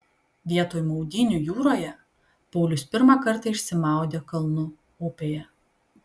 vietoj maudynių jūroje paulius pirmą kartą išsimaudė kalnų upėje